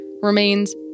remains